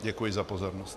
Děkuji za pozornost.